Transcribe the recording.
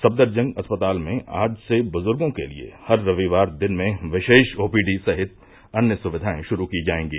सफदरजंग अस्पताल में आज से बुजर्गों के लिए हर रविवार दिन में विशेष ओ पी डी सहित अन्य सुविधाएं शुरू की जाएंगी